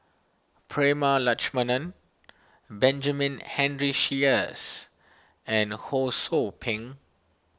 Prema Letchumanan Benjamin Henry Sheares and Ho Sou Ping